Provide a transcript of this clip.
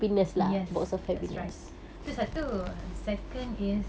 yes that's right tu satu second is